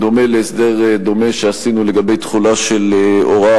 בדומה להסדר דומה שעשינו לגבי תחולה של הוראה